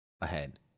ahead